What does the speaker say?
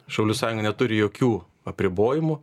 šaulių sąjunga neturi jokių apribojimų